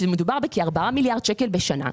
היא שמדובר בכ-4 מיליארד שקל בשנה.